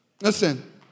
Listen